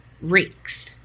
reeks